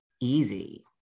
easy